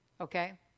okay